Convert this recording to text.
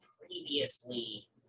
previously